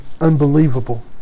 unbelievable